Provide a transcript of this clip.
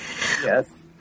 Yes